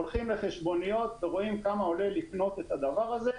הולכים לחשבוניות ורואים כמה עולה לקנות את הדבר הזה.